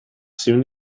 soon